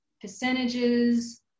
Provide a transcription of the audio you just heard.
percentages